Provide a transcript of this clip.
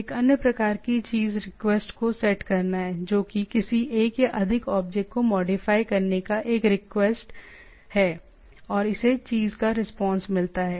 एक अन्य प्रकार की चीज़ रिक्वेस्ट को सेट करना है जो कि किसी एक या अधिक ऑब्जेक्ट को मॉडिफाई करने का एक रिक्वेस्ट है और इसे चीज़ का रिस्पांस मिलता है